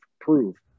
prove